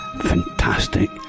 fantastic